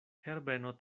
herbeno